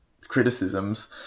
criticisms